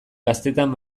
gaztetan